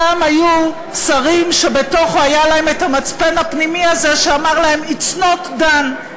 פעם היו שרים שהיה להם בתוכם המצפן הפנימי הזה שאמר להם: it's not done.